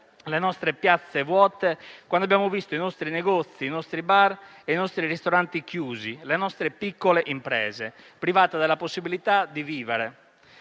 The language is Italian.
strade e piazze vuote; quando abbiamo visto i nostri negozi, i nostri bar e i nostri ristoranti chiusi; quando abbiamo visto le nostre piccole imprese private della possibilità di vivere.